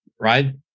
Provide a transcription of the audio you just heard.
right